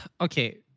okay